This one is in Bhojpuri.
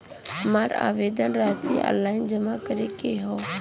हमार आवेदन राशि ऑनलाइन जमा करे के हौ?